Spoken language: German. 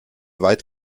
weit